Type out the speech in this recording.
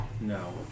no